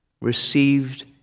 received